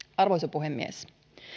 puhemies